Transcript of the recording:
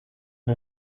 der